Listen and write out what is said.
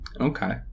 Okay